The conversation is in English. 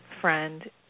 friend